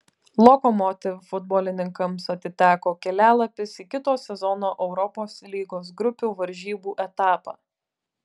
lokomotiv futbolininkams atiteko kelialapis į kito sezono europos lygos grupių varžybų etapą